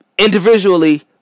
Individually